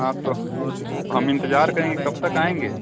हाँ तो हम इंतेजार करेंगे कब तक आएँगे